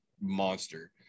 monster